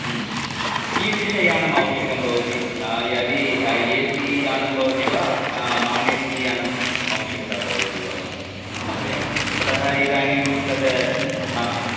कीदृशयानम् आवश्यकं भवति यदि ए सि यानं भवति वा नान् ए सि यानम् आवश्यकता भवति वा माता महोदय अतः इदानीं तद् हा